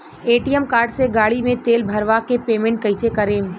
ATM card से गाड़ी मे तेल भरवा के पेमेंट कैसे करेम?